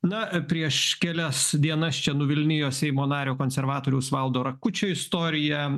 na prieš kelias dienas čia nuvilnijo seimo nario konservatoriaus valdo rakučio istorija